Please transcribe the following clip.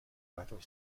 backdoor